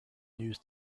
news